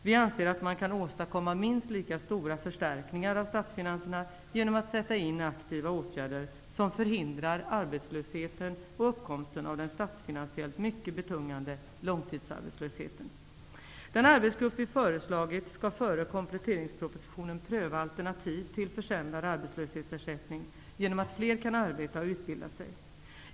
Vi anser att man kan åstadkomma minst lika stora förstärkningar av statsfinanserna genom att sätta in aktiva åtgärder, som förhindrar arbetslösheten och uppkomsten av den statsfinansiellt mycket betungande långtidsarbetslösheten. Den arbetsgrupp som vi har föreslagit skall före kompletteringspropositionen pröva alternativ till försämrad arbetslöshetsersättning genom att fler kan arbeta och utbilda sig.